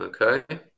Okay